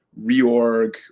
reorg